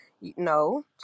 no